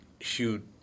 shoot